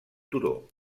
turó